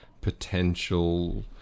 potential